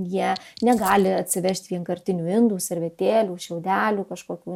jie negali atsivežt vienkartinių indų servetėlių šiaudelių kažkokių